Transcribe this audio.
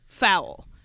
Foul